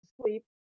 sleep